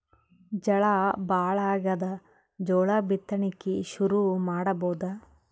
ಝಳಾ ಭಾಳಾಗ್ಯಾದ, ಜೋಳ ಬಿತ್ತಣಿಕಿ ಶುರು ಮಾಡಬೋದ?